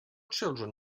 children